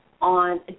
on